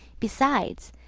besides,